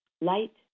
light